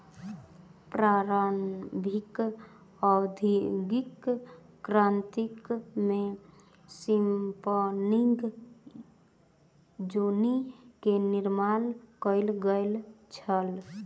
प्रारंभिक औद्योगिक क्रांति में स्पिनिंग जेनी के निर्माण कयल गेल छल